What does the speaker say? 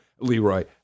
Leroy